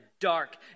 dark